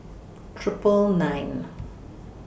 Triple nine